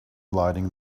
lighting